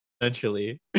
essentially